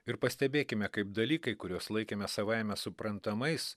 ir pastebėkime kaip dalykai kuriuos laikėme savaime suprantamais